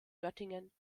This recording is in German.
göttingen